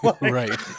right